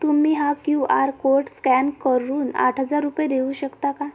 तुम्ही हा Q R code scan करून आठ हजार रुपये देऊ शकता का